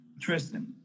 Tristan